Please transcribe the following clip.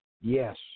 Yes